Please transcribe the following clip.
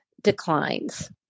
declines